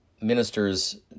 ministers